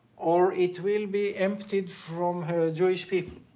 or it will be emptied from her jewish people,